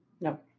No